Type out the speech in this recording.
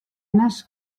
nas